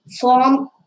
form